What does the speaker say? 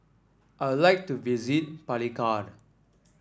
I like to visit Palikir